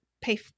pay